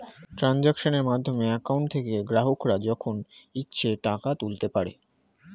ট্রানজাক্শনের মাধ্যমে অ্যাকাউন্ট থেকে গ্রাহকরা যখন ইচ্ছে টাকা তুলতে পারে